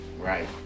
Right